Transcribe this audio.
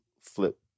flip